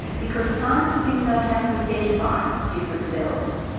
because scientists didn't know how to identify different cells.